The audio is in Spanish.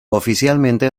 oficialmente